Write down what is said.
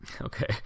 okay